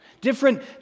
different